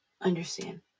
understand